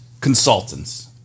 consultants